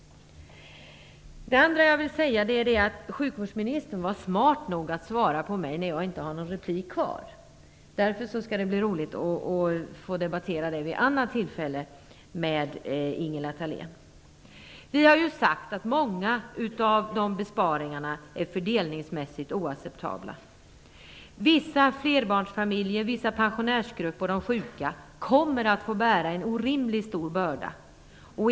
Det andra jag vill säga är att socialministern är smart nog att svara mig när jag inte har någon replik kvar. Därför skall det bli roligt att få debattera vid annat tillfälle med Ingela Thalén. Vi har sagt att många av besparingarna är fördelningsmässigt oacceptabla. Vissa flerbarnsfamiljer, vissa grupper av pensionärer och sjuka kommer att få bära en orimligt stor börda.